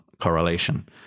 correlation